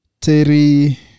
Terry